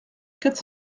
quatre